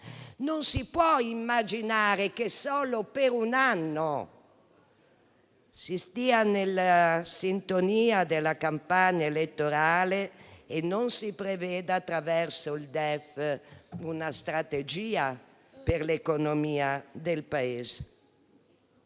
Non si può immaginare che solo per un anno si stia nella sintonia della campagna elettorale e non si preveda, attraverso il DEF, una strategia per l'economia del Paese.